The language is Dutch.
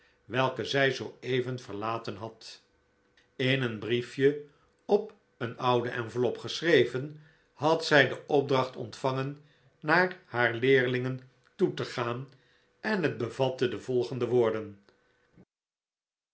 welke zij zooeven verlaten had in een briefje op een oude enveloppe geschreven had zij de opdracht ontvangen naar haar leerlingen toe te gaan en het bevatte de volgende woorden